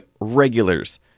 regulars